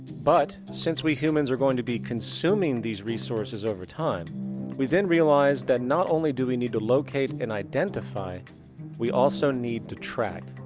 but, since we humans are going to be consuming these resources over time we then realize that not only do we need to locate and identify we also need to track.